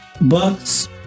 Bucks